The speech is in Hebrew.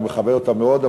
אני מכבד אותה מאוד,